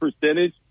percentage